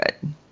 good